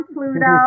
Pluto